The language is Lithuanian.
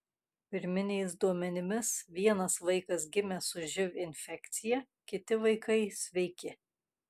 pirminiais duomenimis vienas vaikas gimė su živ infekcija kiti vaikai sveiki